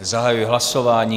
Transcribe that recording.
Zahajuji hlasování.